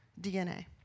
DNA